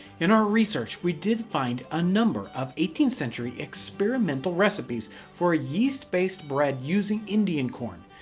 in our research, we did find a number of eighteenth century experimental recipes for yeast based bread using indian corn.